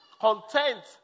content